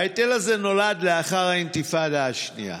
ההיטל הזה נולד לאחר האינתיפאדה השנייה.